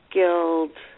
Skilled